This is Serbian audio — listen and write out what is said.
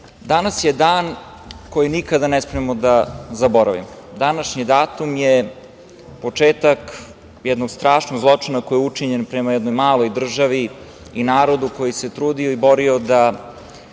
danas je dan koji nikada ne smemo da zaboravimo. Današnji datum je početak jednog strašnog zločina koji je učinjen prema jednoj maloj državi i narodu koji se trudio i borio za